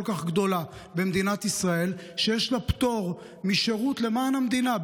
כך גדולה במדינת ישראל שיש לה פטור משירות למען המדינה,